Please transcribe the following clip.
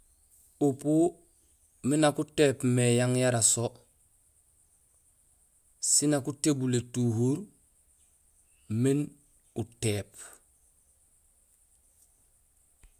Upu miin nak utéép mé yang yara so; siin nak utébuul étuhur miin utéép